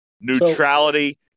Neutrality